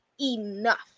enough